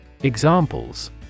Examples